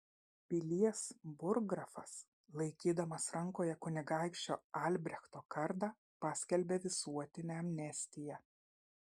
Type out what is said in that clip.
pilies burggrafas laikydamas rankoje kunigaikščio albrechto kardą paskelbė visuotinę amnestiją